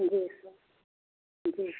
जी sir जी